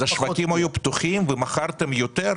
אז השווקים היו פתוחים ומכרתם יותר,